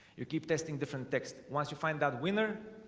you keep testing different text once you find that winner,